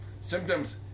Symptoms